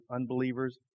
unbelievers